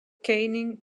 canning